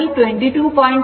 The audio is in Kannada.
38 angle 22